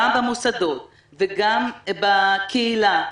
גם במוסדות וגם בקהילה.